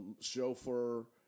chauffeur